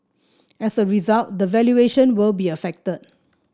as a result the valuation will be affected